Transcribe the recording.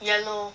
yellow